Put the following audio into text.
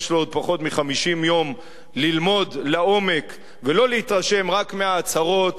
יש לו עוד פחות מ-50 יום ללמוד לעומק ולא להתרשם רק מההצהרות,